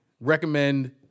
recommend